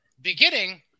Beginning